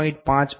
5 થી 24